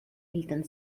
eltern